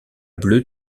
bleu